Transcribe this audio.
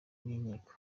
n’inkiko